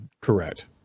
Correct